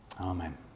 Amen